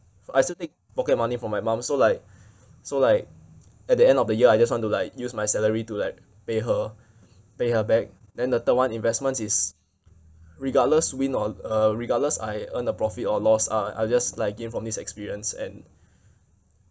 I still take pocket money from my mum so like so like at the end of the year I just want to like use my salary to like pay her pay her back then the third one investments is regardless win or uh regardless I earn a profit or loss uh I just like gain from this experience and